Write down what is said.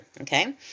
okay